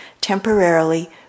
temporarily